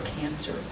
cancer